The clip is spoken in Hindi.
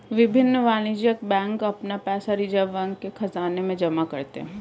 विभिन्न वाणिज्यिक बैंक अपना पैसा रिज़र्व बैंक के ख़ज़ाने में जमा करते हैं